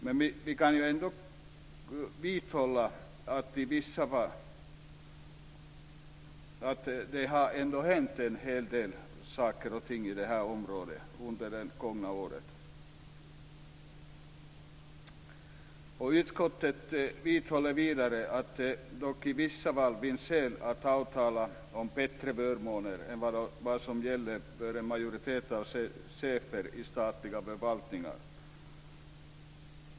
Men vi kan vidhålla att det ändå har hänt en hel del saker och ting på detta område under det gångna året. Utskottet vidhåller vidare att det dock i vissa fall finns skäl att avtala om bättre förmåner än de som gäller för en majoritet av cheferna i statliga förvaltningar.